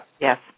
Yes